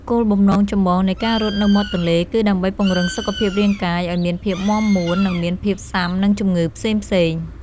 គោលបំណងចម្បងនៃការរត់នៅមាត់ទន្លេគឺដើម្បីពង្រឹងសុខភាពរាងកាយឱ្យមានភាពមាំមួន និងមានភាពស៊ាំនឹងជំងឺផ្សេងៗ។